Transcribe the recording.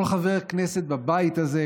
כל חבר כנסת בבית הזה,